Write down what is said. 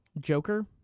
Joker